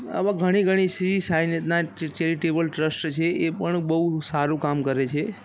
આવા ઘણી ઘણી શ્રી સાંઈનાથ ચેરિટેબલ ટ્રસ્ટ છે એ પણ બહું સારું કામ કરે છે